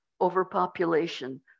overpopulation